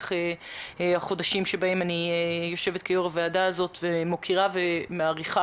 לאורך החודשים בהם אני יושבת כיושבת ראש הוועדה ומוקירה ומעריכה